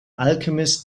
alchemist